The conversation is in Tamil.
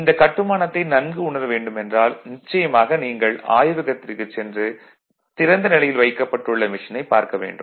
இந்த கட்டுமானத்தை நன்கு உணர வேண்டும் என்றால் நிச்சயமாக நீங்கள் ஆய்வகத்திற்குச் சென்று திறந்த நிலையில் வைக்கப்பட்டுள்ள மெஷினைப் பார்க்க வேண்டும்